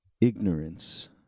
ignorance